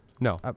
No